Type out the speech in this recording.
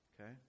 Okay